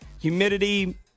Humidity